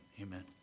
amen